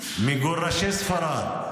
מגורשי ספרד.